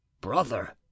brother